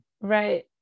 Right